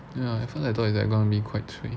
ya at first I thought is like gonna be quite cui